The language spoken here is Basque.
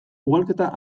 ugalketa